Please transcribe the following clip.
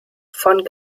von